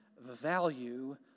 value